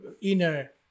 inner